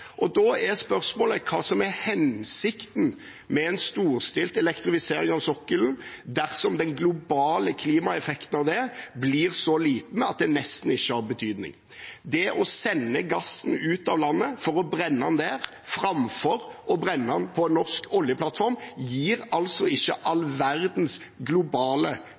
lokale. Da er spørsmålet hva som er hensikten med en storstilt elektrifisering av sokkelen dersom den globale klimaeffekten av det blir så liten at det nesten ikke har betydning. Det å sende gassen ut av landet for å brenne den der framfor å brenne den på en norsk oljeplattform, gir altså ikke all verden i globale